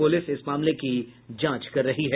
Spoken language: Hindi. पुलिस इस मामले की जांच कर रही है